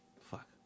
Fuck